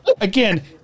again